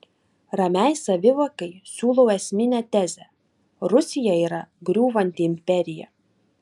ramiai savivokai siūlau esminę tezę rusija yra griūvanti imperija